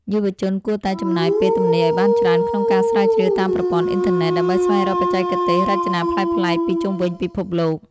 យុវជនគួរតែចំណាយពេលទំនេរឱ្យបានច្រើនក្នុងការស្រាវជ្រាវតាមប្រព័ន្ធអ៊ីនធឺណិត ដើម្បីស្វែងរកបច្ចេកទេសរចនាប្លែកៗពីជុំវិញពិភពលោក។